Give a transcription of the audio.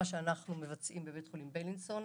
שאנחנו מבצעים בבית חולים בלינסון.